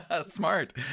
Smart